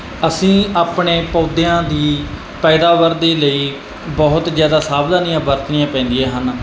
ਅਸੀਂ ਆਪਣੇ ਪੌਦਿਆਂ ਦੀ ਪੈਦਾਵਾਰ ਦੇ ਲਈ ਬਹੁਤ ਜ਼ਿਆਦਾ ਸਾਵਧਾਨੀਆਂ ਵਰਤਣੀਆਂ ਪੈਂਦੀਆਂ ਹਨ